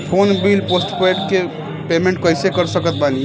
Phone bill postpaid के payment कैसे कर सकत बानी?